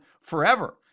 forever